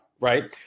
Right